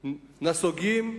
אנחנו נסוגים,